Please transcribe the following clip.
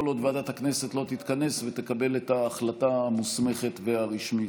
כל עוד ועדת הכנסת לא תתכנס ותקבל את ההחלטה המוסמכת והרשמית.